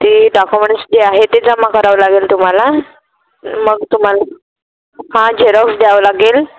ते डाक्युमेंट्स जे आहे ते जमा करावं लागेल तुम्हाला मग तुम्हाला हां झेरॉक्स द्यावं लागेल